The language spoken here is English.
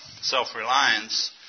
self-reliance